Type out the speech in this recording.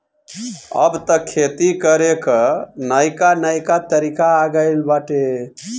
अब तअ खेती करे कअ नईका नईका तरीका आ गइल बाटे